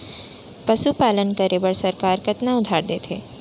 पशुपालन करे बर सरकार कतना उधार देथे?